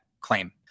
claim